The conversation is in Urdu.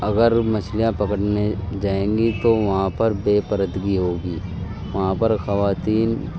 اگر مچھلیاں پکڑنے جائیں گی تو وہاں پر بے پردگی ہوگی وہاں پر خواتین